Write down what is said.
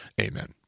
Amen